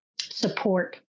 support